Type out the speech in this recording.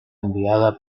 enviada